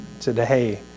today